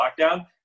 lockdown